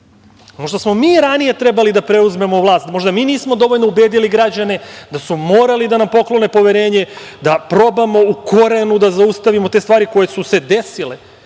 desi. Možda smo mi ranije trebali da preuzmemo vlast, možda mi nismo dovoljno ubedili građane da su morali da nam poklone poverenje da probama u korenu da zaustavimo te stvari koje su se desile.